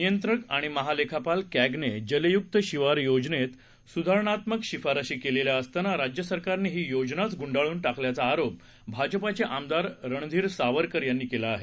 नियंत्रक आणि महालेखापाल कॅगने जलयुक्त शिवार योजनेत सुधारणात्मक शिफारसी केलेल्या असताना राज्य सरकारनं ही योजनाच गुंडाळून टाकल्याचा आरोप भाजपाचे आमदार रणधीर सावरकर यांनी केला आहे